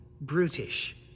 brutish